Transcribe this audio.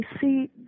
see